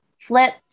Flip